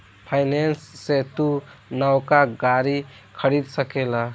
finance से तू नवका गाड़ी खरीद सकेल